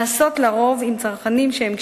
נעשות לרוב עם צרכנים שהם קשישים,